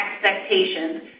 expectations